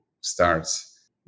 starts